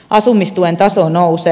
asumistuen taso nousee